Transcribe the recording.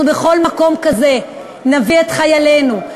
אנחנו בכל מקום כזה נביא את חיילינו,